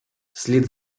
слід